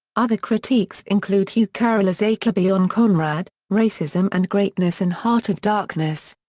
other critiques include hugh curtler's achebe on conrad racism and greatness in heart of darkness.